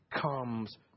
comes